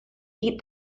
eat